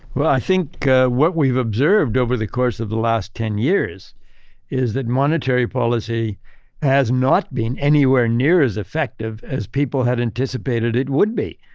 well, i think what we've observed over the course of the last ten years is that monetary policy has not been anywhere near as effective as people had anticipated it would be.